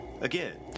Again